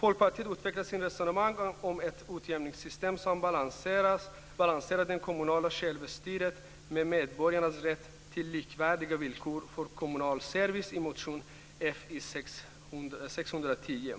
Folkpartiet utvecklar sitt resonemang om ett utjämningssystem som balanserar det kommunala självstyret med medborgarnas rätt till likvärdiga villkor till kommunal service i motion Fi610.